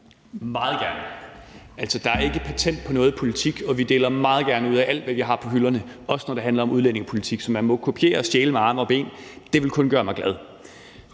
Meget gerne. Altså, der er ikke patent på nogen politik, og vi deler meget gerne ud af alt, hvad vi har på hylderne, også når det handler om udlændingepolitik. Så man må kopiere og stjæle med arme og ben. Det vil kun gøre mig glad.